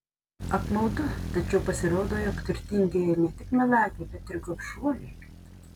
apmaudu tačiau pasirodo jog turtingieji ne tik melagiai bet gobšuoliai